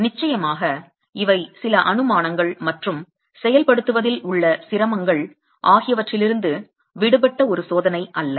நிச்சயமாக இவை சில அனுமானங்கள் மற்றும் செயல்படுத்துவதில் உள்ள சிரமங்கள் ஆகியவற்றிலிருந்து விடுபட்ட ஒரு சோதனை அல்ல